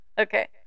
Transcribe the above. okay